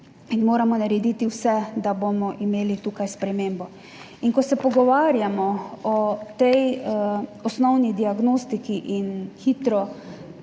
in moramo narediti vse, da bomo imeli tukaj spremembo. In ko se pogovarjamo o tej osnovni diagnostiki in pri